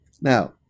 Now